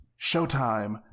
Showtime